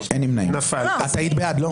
הצבעה לא